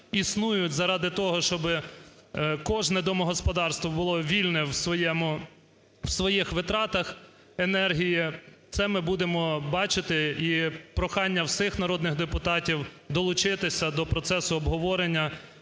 існують заради того, щоби кожне домогосподарство було вільне у своїх витратах енергії, це ми будемо бачити. І прохання всіх народних депутатів долучитися до процесу обговорення